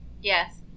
Yes